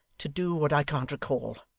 to do what i can't recall.